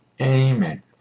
Amen